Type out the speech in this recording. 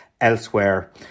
elsewhere